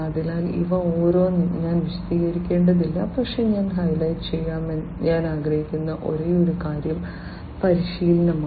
അതിനാൽ ഇവ ഓരോന്നും ഞാൻ വിശദീകരിക്കേണ്ടതില്ല പക്ഷേ ഞാൻ ഹൈലൈറ്റ് ചെയ്യാൻ ആഗ്രഹിക്കുന്ന ഒരേയൊരു കാര്യം പരിശീലനമാണ്